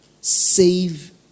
save